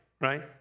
right